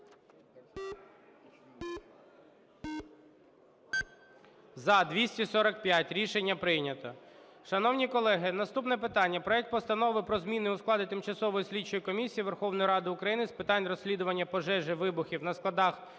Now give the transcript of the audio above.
За-245 Рішення прийнято.